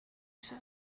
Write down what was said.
шүү